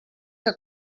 que